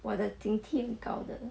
我的经 team 告的